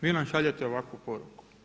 Vi nam šaljete ovakvu poruku.